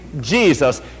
Jesus